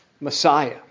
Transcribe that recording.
Messiah